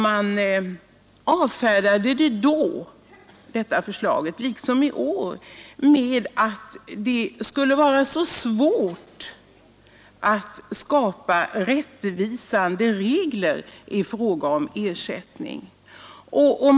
Man avfärdade förslaget då liksom i år med att det skulle vara så svårt att skapa rättvisande regler i fråga om ersättningen.